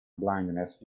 blindness